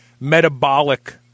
metabolic